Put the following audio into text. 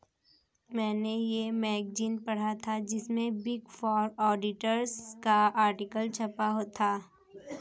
मेने ये मैगज़ीन पढ़ा था जिसमे बिग फॉर ऑडिटर्स का आर्टिकल छपा था